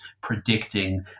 predicting